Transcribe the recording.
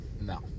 No